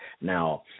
Now